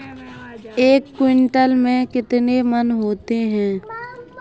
एक क्विंटल में कितने मन होते हैं?